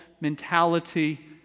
mentality